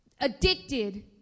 addicted